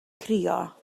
crio